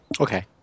Okay